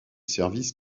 services